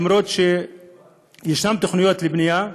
אף שיש תוכניות בנייה.